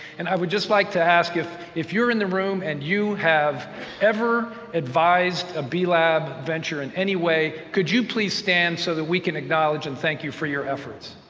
and i would just like to ask, if if you're in the room and you have ever advised a b-lab venture in any way, could you please stand so that we can acknowledge and thank you for your efforts?